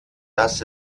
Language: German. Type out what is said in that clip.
dass